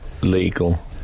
legal